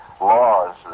laws